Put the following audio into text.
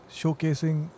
showcasing